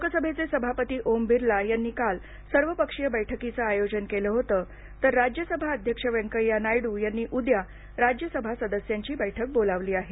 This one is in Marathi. लोकसभेचे सभापती ओम बिर्ला यांनी काल सर्वपक्षीय बैठकीचं आयोजन केलं होतं तर राज्यसभा अध्यक्ष व्यंकय्या नायडू यांनी उद्या राज्यसभा सदस्यांची बैठक बोलावली आहे